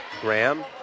Graham